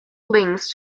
links